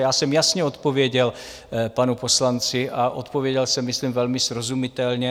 Já jsem jasně odpověděl panu poslanci a odpověděl jsem myslím velmi srozumitelně.